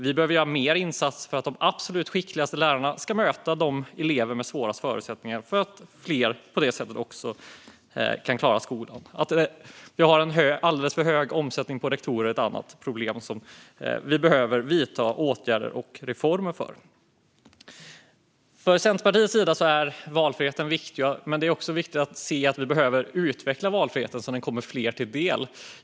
Vi behöver göra mer insatser för att de absolut skickligaste lärarna ska möta de elever som har svårast förutsättningar för att fler på det sättet ska kunna klara skolan. Att vi har en alldeles för hög omsättning när det gäller rektorer är ett annat problem som vi behöver åtgärder och reformer för att komma till rätta med. För Centerpartiet är valfriheten viktig, men det är också viktigt att utveckla valfriheten så att den kommer fler till del.